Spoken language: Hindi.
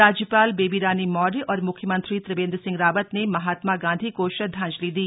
राज्यपाल बेबी रानी मौर्य और म्ख्यमंत्री त्रिवेंद्र सिंह रावत ने महात्मा गांधी को श्रद्धांजलि दी